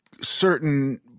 certain